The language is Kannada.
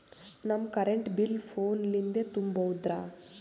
ನಮ್ ಕರೆಂಟ್ ಬಿಲ್ ಫೋನ ಲಿಂದೇ ತುಂಬೌದ್ರಾ?